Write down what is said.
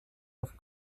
auf